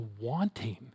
wanting